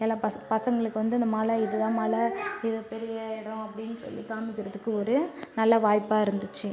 எல்லா பசங்க பசங்களுக்கு வந்து இது மலை இது தான் மலை இது பெரிய இடம் அப்படினு சொல்லி காண்மிக்கறதுக்கு ஒரு நல்ல வாய்ப்பாக இருந்திச்சு